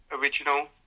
original